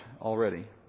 already